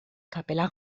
kapela